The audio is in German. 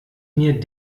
mir